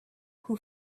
who